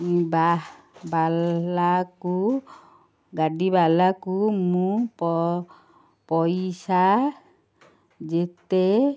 ବା ବାଲାକୁ ଗାଡ଼ି ବାଲାକୁ ମୁଁ ପ ପଇସା ଯେତେ